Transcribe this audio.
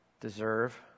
deserve